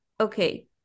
Okay